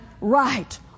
right